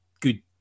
good